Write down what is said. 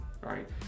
right